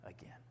again